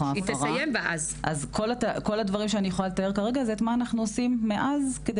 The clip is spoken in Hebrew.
ההפרה אז כל הדברים שאני יכולה לתאר כרגע זה מה אנחנו עושים מאז כדי